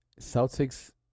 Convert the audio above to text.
Celtics